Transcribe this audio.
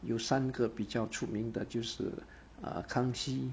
有三个比较出名的就是 err 康熙